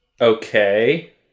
Okay